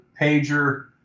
pager